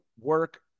work